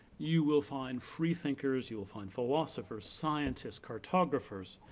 you will find free thinkers, you will find philosophers, scientists, cartographers,